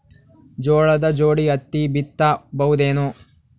ಜೋಳದ ಜೋಡಿ ಹತ್ತಿ ಬಿತ್ತ ಬಹುದೇನು?